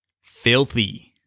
Filthy